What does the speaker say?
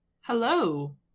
Hello